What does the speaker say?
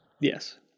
yes